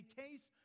case